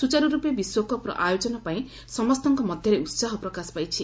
ସୁଚାରୁର୍ପେ ବିଶ୍ୱକପ୍ର ଆୟୋଜନ ପାଇଁ ସମସ୍ତଙ୍କ ମଧାରେ ଉହାହ ପ୍ରକାଶ ପାଇଛି